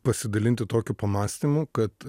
pasidalinti tokiu pamąstymu kad